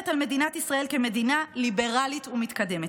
על מדינת ישראל כמדינה ליברלית ומתקדמת.